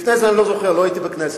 לפני זה, אני לא זוכר, לא הייתי בכנסת.